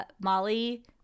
Molly